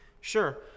Sure